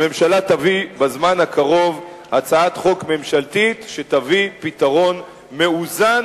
הממשלה תביא בזמן הקרוב הצעת חוק ממשלתית שתביא פתרון מאוזן,